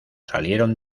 salieron